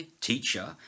teacher